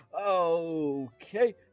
okay